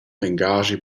engaschi